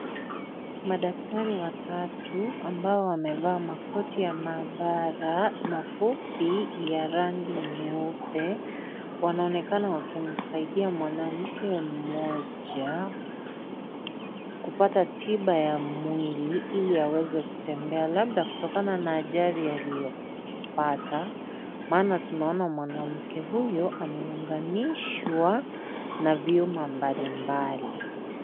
Madaktari watatu ambao wamevaa makoti ya maabara mafupi ya rangi nyeupe ,wanaonekana wakimsaidia mwanamke mmoja ,kupata tiba ya mwili ili aweze kutembea labda kutoka kutokana na ajali aliyopata ,maana tunaona mwanamke huyo aneunganishwa na vyuma mbali mbali.